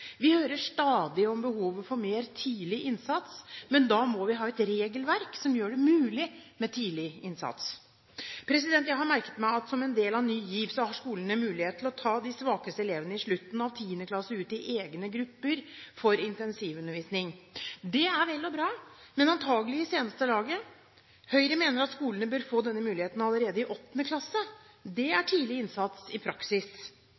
Vi hører stadig om behovet for mer tidlig innsats, men da må vi ha et regelverk som gjør det mulig med tidlig innsats. Jeg har merket meg at som en del av Ny GIV har skolene mulighet til å ta de svakeste elevene i slutten av 10. klasse ut i egne grupper for intensivundervisning. Det er vel og bra, men antagelig i seneste laget. Høyre mener at skolene bør få denne muligheten allerede i 8. klasse. Det er tidlig innsats i praksis.